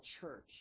church